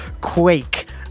Quake